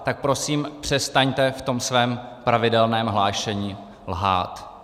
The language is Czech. Tak prosím přestaňte v tom svém pravidelném hlášení lhát.